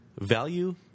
Value